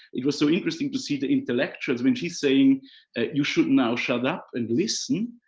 it was so interesting to see the intellectuals when she's saying you should now shut up and listen.